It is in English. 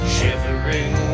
Shivering